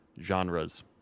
genres